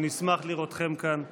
ונשמח לראותכם כאן שוב.